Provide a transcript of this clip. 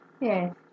Yes